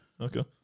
Okay